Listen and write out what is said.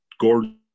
Gordon